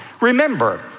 Remember